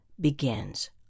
begins